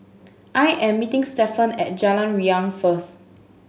I am meeting Stephan at Jalan Riang first